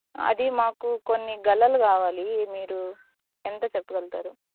అది మాకు కొన్ని గెలలు కావాలి మీరు ఎంత చెప్పగలుతారు